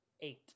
Eight